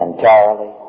Entirely